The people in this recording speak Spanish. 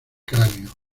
cráneo